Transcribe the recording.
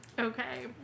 Okay